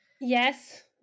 yes